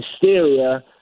hysteria